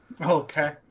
Okay